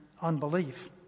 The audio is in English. unbelief